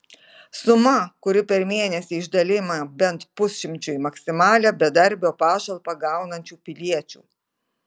suma kuri per mėnesį išdalijama bent pusšimčiui maksimalią bedarbio pašalpą gaunančių piliečių